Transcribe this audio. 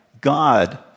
God